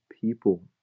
people